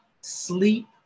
sleep